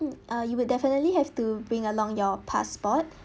mm uh you would definitely have to bring along your passport